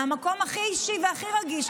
מהמקום הכי אישי והכי רגיש,